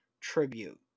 tribute